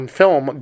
film